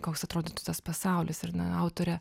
koks atrodytų tas pasaulis ir ne autorė